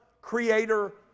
creator